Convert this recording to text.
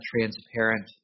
transparent